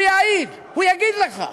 הוא יעיד, הוא יגיד לך,